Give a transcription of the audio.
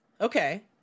Okay